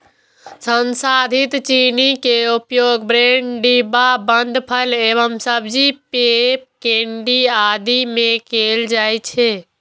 संसाधित चीनी के उपयोग ब्रेड, डिब्बाबंद फल एवं सब्जी, पेय, केंडी आदि मे कैल जाइ छै